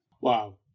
Wow